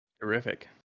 terrific